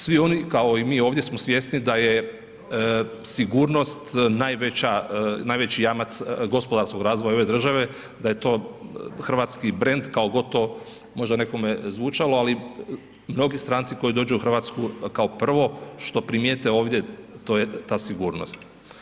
Svi oni kao i mi ovdje smo svjesni da je sigurnost najveća, najveći jamac gospodarskog razvoja ove države, da je to Hrvatski brend kako god to možda nekome zvučalo, ali mnogi stranci koji dođu u Hrvatsku kao prvo što primijete ovdje to ta sigurnost.